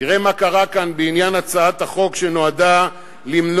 תראה מה קרה כאן בעניין הצעת החוק שנועדה למנוע